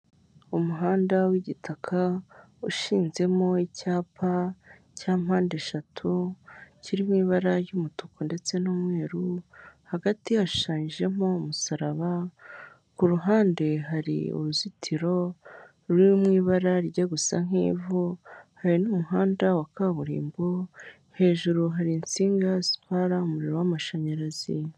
Umuhanda w'igitaka ushinzemo icyapa cya mpandeshatu kiri mu ibara ry'umutuku ndetse n'umweru, hagati hashushanyijemo umusaraba, ku ruhande hari uruzitiro ruri mu ibara rijya gusa nk'ivu, hari n'umuhanda wa kaburimbo, hejuru hari insinga zitwara umuriro w'amashanyarazi.